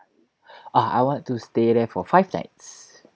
uh I want to stay there for five night